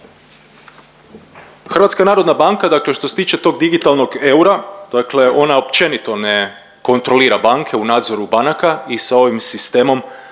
politikama države. HNB dakle što se tiče tog digitalnog eura, dakle ona općenito ne kontrolira banke u nadzoru banaka i s ovim sistemom